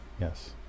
Yes